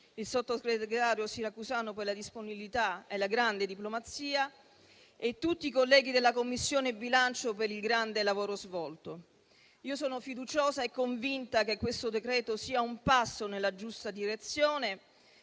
il sottosegretario Siracusano per la disponibilità e la grande diplomazia e tutti i colleghi della Commissione bilancio per il grande lavoro svolto. Sono fiduciosa e convinta che questo decreto sia un passo nella giusta direzione